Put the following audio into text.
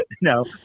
no